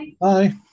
bye